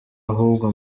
ahubwo